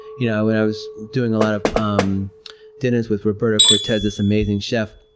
you know and i was doing a lot of um dinners with roberto cortez, this amazing chef,